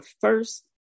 first